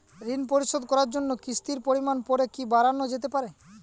ঋন পরিশোধ করার জন্য কিসতির পরিমান পরে কি বারানো যেতে পারে?